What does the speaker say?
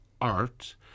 art